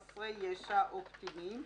חסרי ישע או קטינים,